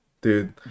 dude